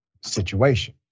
situation